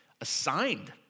assigned